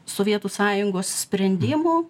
sovietų sąjungos sprendimų